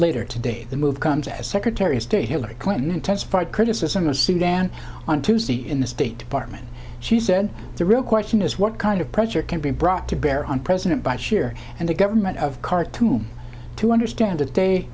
later today the move comes as secretary of state hillary clinton intensified criticism of sudan on tuesday in the state department she said the real question is what kind of pressure can be brought to bear on president bashir and the government of khartoum to understand that they